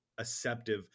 acceptive